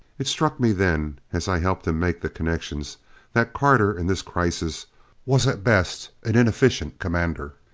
it struck me then as i helped him make the connections that carter in this crisis was at best an inefficient commander.